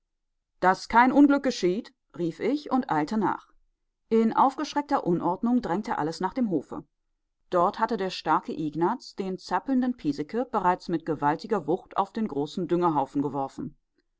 daß kein unglück geschieht rief ich und eilte nach in aufgeschreckter unordnung drängte alles nach dem hofe dort hatte der starke ignaz den zappelnden piesecke bereits mit gewaltiger wucht auf den großen düngerhaufen geworfen